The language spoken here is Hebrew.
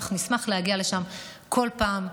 אנחנו נשמח להגיע לשם כל פעם,